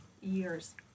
Years